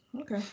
Okay